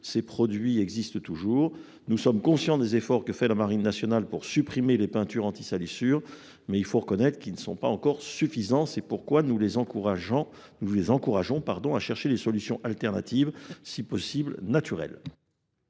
ces produits existent toujours. Nous sommes conscients des efforts que fait la marine nationale pour supprimer les peintures antisalissure, mais il faut reconnaître qu'ils ne sont pas encore suffisants. C'est pourquoi nous les encourageons à chercher des solutions alternatives, si possible naturelles.